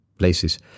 places